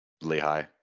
Lehigh